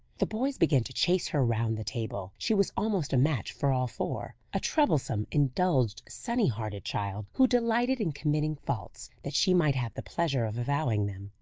the boys began to chase her round the table. she was almost a match for all four a troublesome, indulged, sunny-hearted child, who delighted in committing faults, that she might have the pleasure of avowing them.